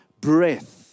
breath